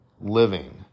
living